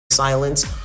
silence